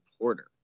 Porter